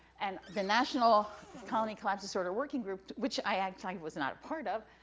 and the national colony collapse disorder working group, which i ah kind of was not apart of,